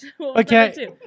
okay